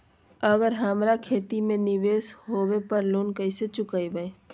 अगर हमरा खेती में निवेस होवे पर लोन कैसे चुकाइबे?